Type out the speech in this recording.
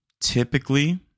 typically